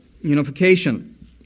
unification